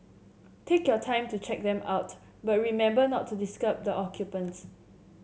take your time to check them out but remember not to disturb the occupants